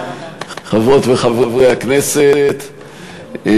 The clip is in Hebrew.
חברות וחברי הכנסת,